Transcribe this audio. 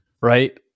Right